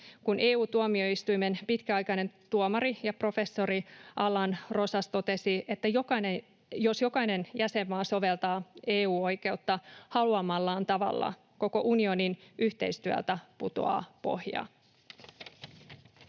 EU-tuomioistuimen pitkäaikainen tuomari ja professori Allan Rosas totesi, että jos jokainen jäsenmaa soveltaa EU-oikeutta haluamallaan tavalla, koko unionin yhteistyöltä putoaa pohja.